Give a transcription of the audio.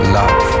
love